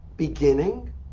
beginning